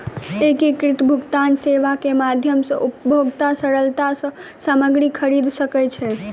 एकीकृत भुगतान सेवा के माध्यम सॅ उपभोगता सरलता सॅ सामग्री खरीद सकै छै